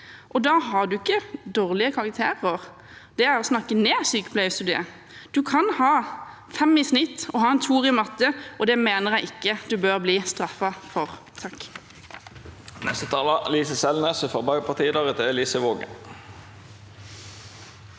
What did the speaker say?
og da har en ikke dårlige karakterer. Det er å snakke ned sykepleierstudiet. En kan ha 5 i snitt og ha 2 i matte, og det mener jeg man ikke bør bli straffet for. Lise